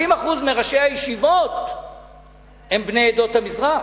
50% מראשי הישיבות הם בני עדות המזרח,